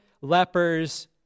lepers